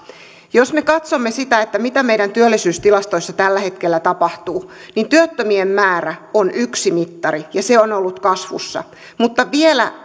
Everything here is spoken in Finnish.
jos me katsomme sitä mitä meidän työllisyystilastoissamme tällä hetkellä tapahtuu niin työttömien määrä on yksi mittari ja se on ollut kasvussa mutta vielä